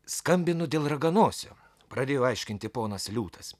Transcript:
skambinu dėl raganosio pradėjo aiškinti ponas liūtas